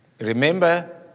Remember